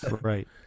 Right